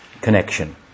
connection